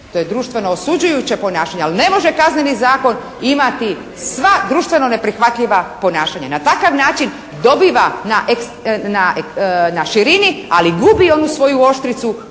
to je društveno osuđujuće ponašanje ali ne može Kazneni zakon imati sva društveno neprihvatljiva ponašanja. Na takav način dobiva na širini, ali gubi onu svoju oštricu